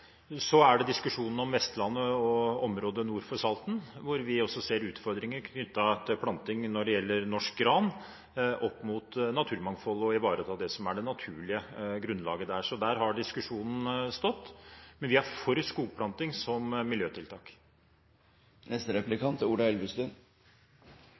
Så er det diskusjonen om Vestlandet og området nord for Salten, hvor vi også ser utfordringer knyttet til planting av norsk gran opp mot naturmangfoldet og det å ivareta det som er det naturlige grunnlaget der. Så der har diskusjonen stått. Men vi er for skogplanting som miljøtiltak.